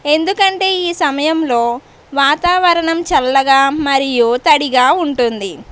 ఎందుకంటే ఈ సమయంలో వాతావరణం చల్లగా మరియు తడిగా ఉంటుంది